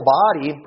body